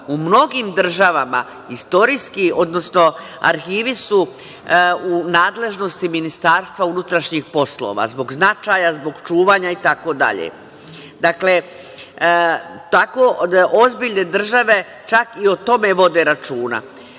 u mnogim državama istorijski, odnosno arhivi su u nadležnosti Ministarstva unutrašnjih poslova, zbog značaja, zbog čuvanja i tako dalje. Dakle, tako ozbiljne države čak i o tome vode računa.